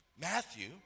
Matthew